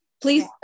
please